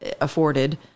afforded